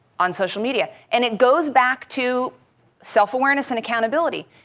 on social media and it goes back to self-awareness and accountability.